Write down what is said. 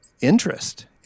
interest